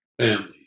families